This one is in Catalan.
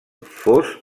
fos